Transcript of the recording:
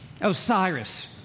Osiris